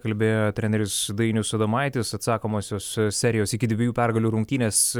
kalbėjo treneris dainius adomaitis atsakomosios serijos iki dviejų pergalių rungtynės